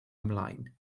ymlaen